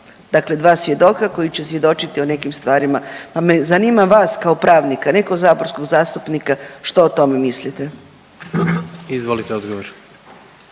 dakle 2 svjedoka koji će svjedočiti o nekim stvarima, pa me zanima vas kao pravnika, ne kao saborskog zastupnika što o tome mislite? **Grbin, Peđa